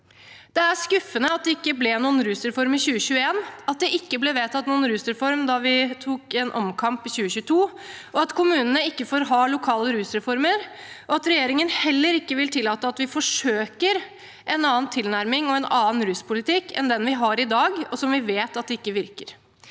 Det er skuffende at det ikke ble noen rusreform i 2021, at det ikke ble vedtatt noen rusreform da vi tok en omkamp i 2022, at kommunene ikke får ha lokale rusreformer, og at regjeringen heller ikke vil tillate at vi forsøker en annen tilnærming og en annen ruspolitikk enn den vi har i dag, som vi vet ikke virker.